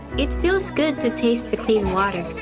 it feels good to taste the clean water.